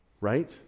Right